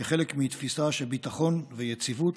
כחלק מתפיסה של ביטחון ויציבות,